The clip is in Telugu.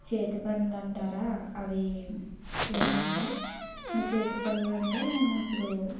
చేతి పనులు ఉంటారా అవి ఏంటంటే నా చేతి పనులు అంటే ఇప్పుడు